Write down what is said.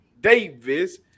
Davis